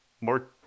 more